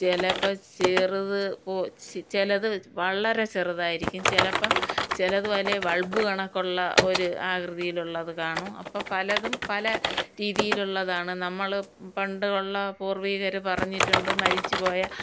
ചിലപ്പോൾ ചെറുത് പോ ചിലത് വളരെ ചെറുതായിരിക്കും ചിലപ്പോൾ ചിലത് വലിയ ബൾബ് കണക്കുള്ള ഒരു ആകൃതിയിലുള്ളതു കാണും അപ്പോൾ പലതും പല രീതിയിലുള്ളതാണ് നമ്മൾ പണ്ട് ഉള്ള പൂർവീകർ പറഞ്ഞിട്ടുണ്ട് മരിച്ചു പോയ